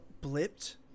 blipped